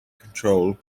control